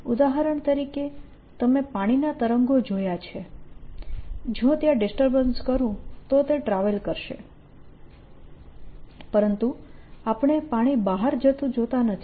ઉદાહરણ તરીકે તમે પાણીના તરંગો જોયા છે જો ત્યાં ડિસ્ટર્બન્સ કરું તો તે ટ્રાવેલ કરશે પરંતુ આપણે પાણી બહાર જતું જોતા નથી